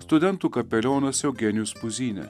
studentų kapelionas eugenijus puzynė